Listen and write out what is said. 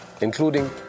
including